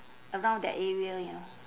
around that area ya